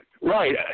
Right